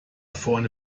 vorne